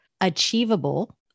Achievable